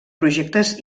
projectes